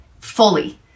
fully